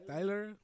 Tyler